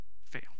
fail